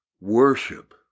Worship